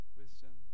wisdom